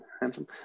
handsome